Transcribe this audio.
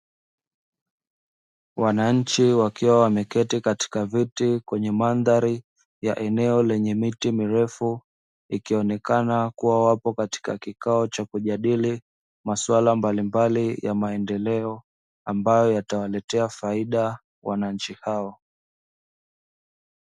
Wananchi wakiwa wameketi katika vyeti kwenye mandhari ya eneo lenye miti mirefu ikionekana kuwa wapo katika kikao cha kujadili masuala mbalimbali ya maendeleo ambayo yatawaletea faida wananchi hao.